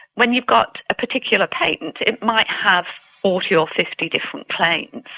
when you've got a particular patent it might have forty or fifty different claims,